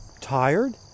tired